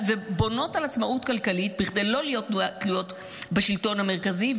ובונות על עצמאות כלכלית כדי לא להיות תלויות בשלטון המרכזי.